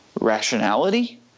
rationality